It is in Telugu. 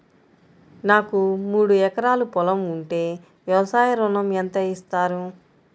నాకు మూడు ఎకరాలు పొలం ఉంటే వ్యవసాయ ఋణం ఎంత ఇస్తారు?